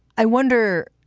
i wonder.